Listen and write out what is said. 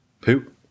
poop